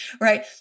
right